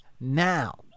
now